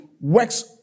works